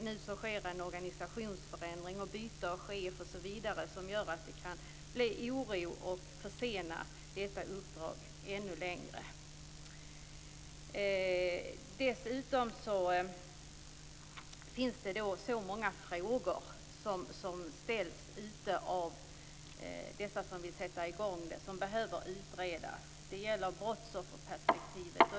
Nu sker en organisationsförändring och ett byte av chef osv. som gör att det kan bli oro och att detta uppdrag kan försenas ännu mer. Dessutom ställs det många frågor bland dem som vill sätta i gång. Dessa frågor behöver utredas. Det gäller brottsofferperspektivet.